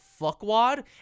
fuckwad